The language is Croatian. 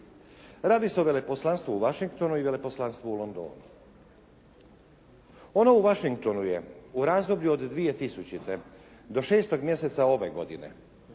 Radi se o veleposlanstvu u Washingtonu i veleposlanstvu u Londonu. Ono u Washingtonu je u razdoblju od 2000. do šestog mjeseca ove godine